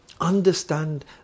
understand